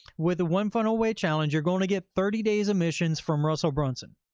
with the one funnel away challenge, you're going to get thirty days of missions from russell brunson.